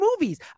movies